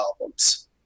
albums